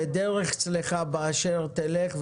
דרך צלחה באשר תלך,